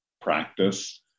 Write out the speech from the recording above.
practice